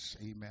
amen